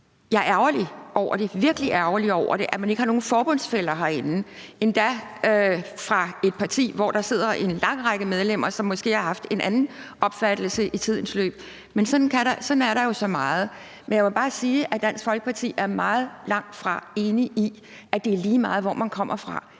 virkelig ærgerlig over, at man ikke har nogen forbundsfæller herinde. Og det er endda et parti, hvor der sidder en lang række medlemmer, som måske har haft en anden opfattelse i tidens løb. Men sådan er der jo så meget. Men jeg må bare sige, at Dansk Folkeparti langtfra er enig i, at det er lige meget, hvor man kommer fra.